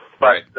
Right